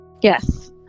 Yes